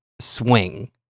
swing